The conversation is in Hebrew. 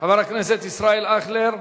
חבר הכנסת אורי אריאל,